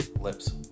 lips